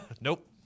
Nope